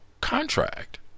contract